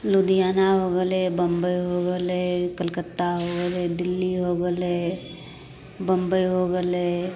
लुधियाना हो गेलै बम्बई हो गेलै कलकत्ता हो गेलै दिल्ली हो गेलै बम्बई हो गेलै